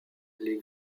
les